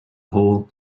hole